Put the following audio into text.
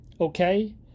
okay